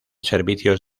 servicios